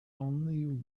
only